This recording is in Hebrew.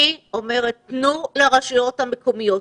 אני אומרת, תנו לרשויות המקומיות.